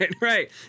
right